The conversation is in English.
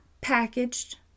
packaged